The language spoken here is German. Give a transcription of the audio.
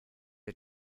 der